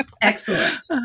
excellent